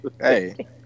hey